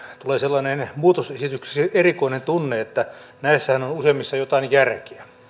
tulee sellainen erikoinen tunne että näissähän on useimmissa jotain järkeä